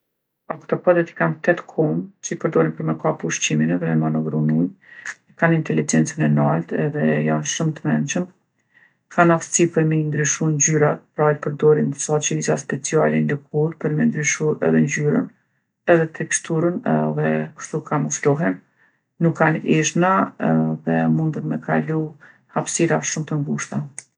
Oktopodët i kanë tetë komë që i përdorin për me kapë ushqimin edhe me manovru mirë. E kanë intelegjencën e naltë edhe jon shumë t'mençëm. Kanë aftsi për me i ndryshu ngjyrat, pra i përdorin disa qeliza speciale n'lëkure për me ndryshu edhe ngjyrën edhe teksturen edhe kshtu kamuflohen. Nuk kanë eshna edhe mundem me kalu hapsira shumë të ngushta.